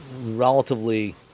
relatively